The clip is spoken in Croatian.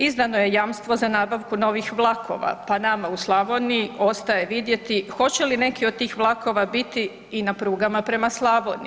Izdano je jamstvo za nabavku novih vlakova pa nama u Slavoniji ostaje vidjeti hoće li neki od tih vlakova biti i na prugama prema Slavoniji.